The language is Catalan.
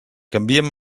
canvien